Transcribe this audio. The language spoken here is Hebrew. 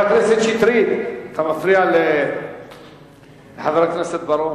חבר הכנסת שטרית, אתה מפריע לחבר הכנסת בר-און.